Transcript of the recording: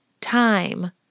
time